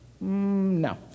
No